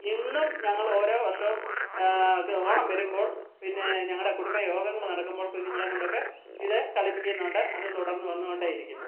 ഇന്നും ഞങ്ങളോരോ വർഷവും ഇത് ഓണം വരുമ്പോൾ പിന്നെ ഞങ്ങളുടെ കുടുംബ യോഗങ്ങൾ നടക്കുമ്പോൾ കുഞ്ഞുങ്ങളേയും കൊണ്ടൊക്കെ ഇത് കളിപ്പിക്കുന്നുണ്ട് അത് തുടർന്ന് വന്നു കൊണ്ടേയിരിക്കുന്നു